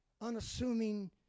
unassuming